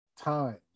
time